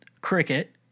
Cricket